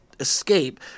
Escape